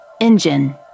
Engine